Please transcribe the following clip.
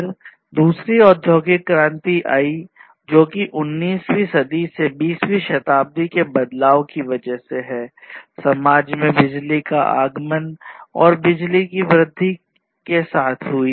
फिर दूसरी औद्योगिक क्रांति आई जो कि 19 वी सदी से 20 वीं शताब्दी में बदलाव की वजह से समाज में बिजली के आगमन और बिजली की वृद्धि के साथ हुई